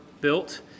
built